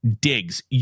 digs